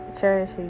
cherish